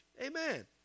Amen